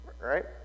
Right